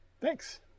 Thanks